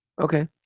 Okay